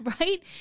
right